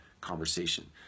conversation